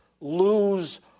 lose